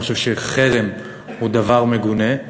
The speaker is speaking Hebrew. אני חושב שחרם הוא דבר מגונה.